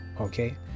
okay